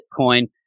Bitcoin